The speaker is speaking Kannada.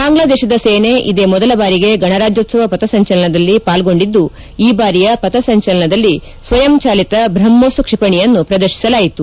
ಬಾಂಗ್ಲಾದೇಶದ ಸೇನೆ ಇದೇ ಮೊದಲ ಬಾರಿಗೆ ಗಣರಾಜ್ಕೋತ್ಸವ ಪಥ ಸಂಚಲನದಲ್ಲಿ ಪಾಲ್ಗೊಂಡಿದ್ದು ಈ ಬಾರಿಯ ಪಥ ಸಂಚಲನದಲ್ಲಿ ಸ್ವಯಂ ಚಾಲಿತ ಬ್ರಹ್ಮೋಸ್ ಕ್ಷಿಪಣಿಯನ್ನು ಪ್ರದರ್ಶಿಸಲಾಯಿತು